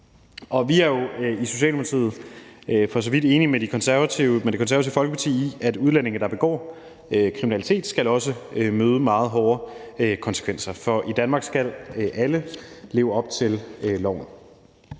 Og vi er jo i Socialdemokratiet for så vidt enige med Det Konservative Folkeparti i, at udlændinge, der begår kriminalitet, også skal møde meget hårde konsekvenser, for i Danmark skal alle leve op til loven,